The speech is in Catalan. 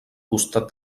costat